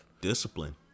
Discipline